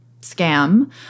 scam